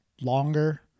longer